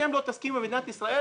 אתם לא תסכימו במדינת ישראל